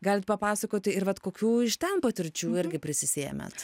galit papasakoti ir vat kokių iš ten patirčių irgi prisisėmėt